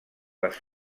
les